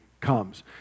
comes